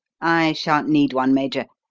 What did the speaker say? i shan't need one, major.